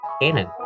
canon